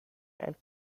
and